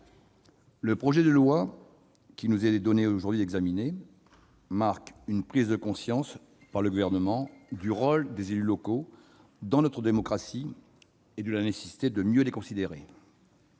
le projet de loi qu'il nous est donné d'examiner aujourd'hui marque une prise de conscience par le Gouvernement du rôle des élus locaux dans notre démocratie et de la nécessité de mieux les considérer.